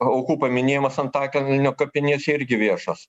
aukų paminėjimas antakalnio kapinėse irgi viešas